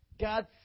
God